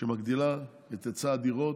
שמגדילה את היצע הדירות,